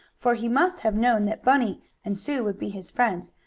for he must have known that bunny and sue would be his friends,